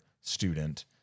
student